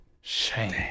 Shame